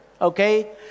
Okay